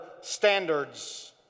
standards